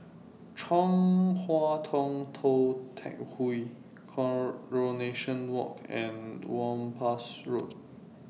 Chong Hua Tong Tou Teck Hwee Coronation Walk and Whampoa Road